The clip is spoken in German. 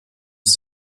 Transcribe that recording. ist